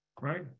Right